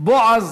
בועז